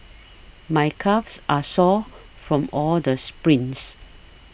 my calves are sore from all the sprints